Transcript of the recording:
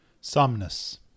Somnus